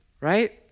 right